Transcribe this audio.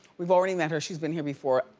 we've already met her, she's been here before.